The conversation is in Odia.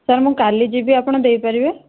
ସାର୍ ମୁଁ କାଲି ଯିବି ଆପଣ ଦେଇପାରିବେ